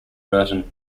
burton